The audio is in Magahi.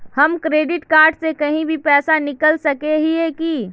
हम क्रेडिट कार्ड से कहीं भी पैसा निकल सके हिये की?